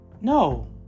No